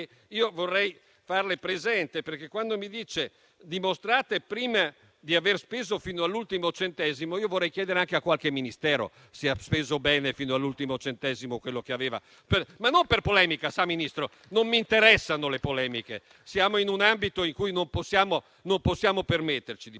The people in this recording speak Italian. che vorrei farle presente perché quando mi si dice «dimostrate prima di aver speso fino all'ultimo centesimo», vorrei chiedere anche a qualche Ministero se ha speso bene fino all'ultimo centesimo quello che aveva. Non per polemica, Ministro, non mi interessano le polemiche; siamo in un ambito in cui non possiamo permetterci di polemizzare.